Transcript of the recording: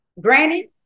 Granny